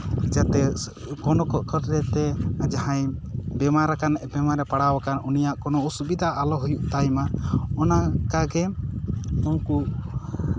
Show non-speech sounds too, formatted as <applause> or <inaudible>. ᱡᱟᱛᱮ ᱠᱳᱱᱳ ᱠᱚᱠᱠᱷᱚᱨᱮ ᱡᱟᱦᱟᱸᱭ ᱵᱮᱢᱟᱨ ᱟᱠᱟᱱ <unintelligible> ᱵᱤᱢᱟᱨᱮ ᱯᱟᱲᱟᱣ ᱟᱠᱟᱱ ᱩᱱᱤᱭᱟᱜ ᱩᱱᱤᱭᱟᱜ ᱠᱳᱱᱳ ᱚᱥᱤᱵᱤᱫᱷᱟ ᱟᱞᱚ ᱦᱩᱭᱩᱜ ᱛᱟᱭ ᱢᱟ ᱚᱱᱟ ᱞᱮᱠᱟᱜᱮ ᱩᱱᱠᱩ